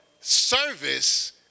service